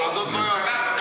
כלכלה.